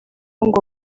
ngo